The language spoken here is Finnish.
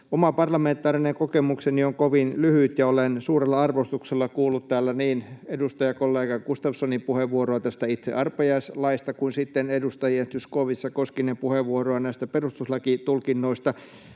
Oma parlamentaarinen kokemukseni on kovin lyhyt, ja olen suurella arvostuksella kuunnellut täällä niin edustajakollega Gustafssonin puheenvuoroa tästä itse arpajaislaista kuin sitten edustajien Zyskowicz ja Koskinen puheenvuoroja näistä perustuslakitulkinnoista.